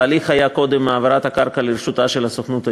ההליך היה קודם העברת הקרקע לרשותה של הסוכנות היהודית,